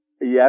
Yes